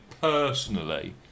personally